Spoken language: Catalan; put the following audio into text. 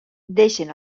deixen